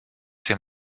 ses